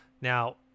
now